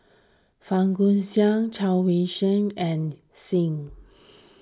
Fang Guixiang Chao Yoke San and Singh